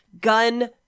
gun